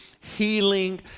healing